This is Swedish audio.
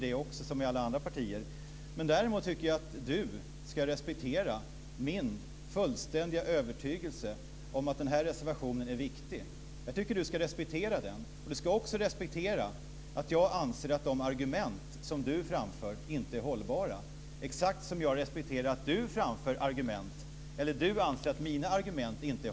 Det är självklart att det finns gråzoner, Kenneth Kvist. Jag har aldrig sagt något annat. Men det finns gråzoner och definitionsproblem även när det gäller förhandsgranskning av film.